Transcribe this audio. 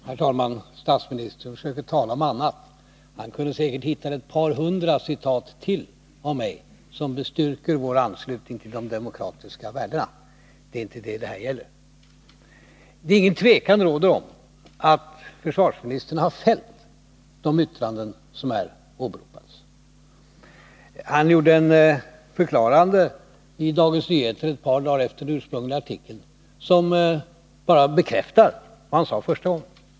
Herr talman! Statsministern skall inte tala om annat — han kunde säkert ha hittat ytterligare ett par hundra citat av vad jag sagt, citat som bestyrker vår anslutning till de demokratiska värdena. Det är inte det som det här gäller. Det råder inget tvivel om att försvarsministern har fällt de åberopade yttrandena. Han kom med en förklaring i Dagens Nyheter ett par dagar efter den ursprungliga artikeln, varvid han bara bekräftade vad han sade första gången.